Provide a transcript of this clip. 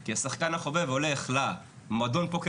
כי השחקן החובב הולך למועדון הפוקר